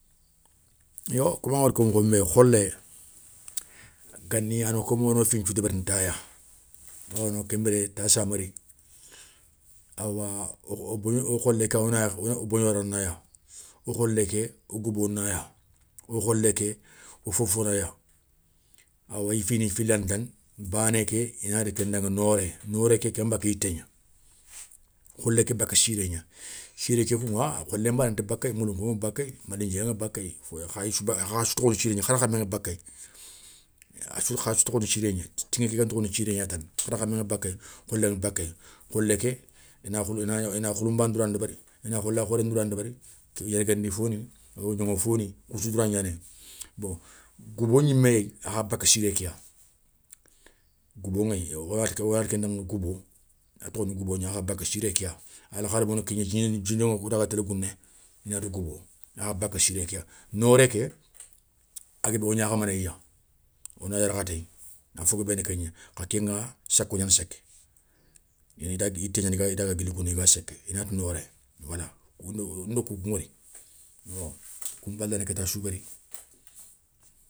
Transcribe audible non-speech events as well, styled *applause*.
Yo komangada ko mokho nbé kholé gani ana kom wono finthiou débérini taya, bawoni kenbiré tassa méri, awa wo kholé kéyani wo begnwara naya. wo kholé ké wo goubo naya, wo kholé ké wo fofo naya awa i fini fili yane tane bané ké i nati kendaŋa nooré. Nooré kéké ken bakka yitté gna, kholé ké bakka siré gna, siré kén kouŋa kholé nbanén ta bakéye, moulounkhou ŋa bakéye, mali ndiéyé ŋa bakéye, *hesitation* kharkhame ŋa bakéye. Khassou tokhoni siré gna, tiŋé ké ken tokhoni siré. gna tani, kharkhamé ŋa bakéyi, kholen ŋa bakéyi, kholé ké i na khouloumba ndoura ndébéri ina khola khoré ndoura ndeberi, yerguebdi foni, gnoŋo foni, kou sou doura gnanéyi. Bon, goubo gnimé yéyi akha bakka siré kéya, goubo ŋéyi, wogatini ké bé da goubou a kha ni goubo gna akha baka siré ké ya. Alkhalibou wo na ké gna dji gnoŋo wo da ga télé gouné, i nati goubo akha baka siré kéya. Nooré ké a guébé wo gnakhamanéya, wona yarkhatéye, afo guébé na kégna kha kéŋa sako gnana séka, yité gnani i da ga guili gouné i ga séka inati nooré wala. Nda nda koukoun ŋori wala koun palé yani kéta a sou ga ri.